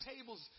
tables